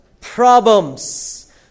Problems